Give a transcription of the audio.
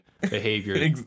behavior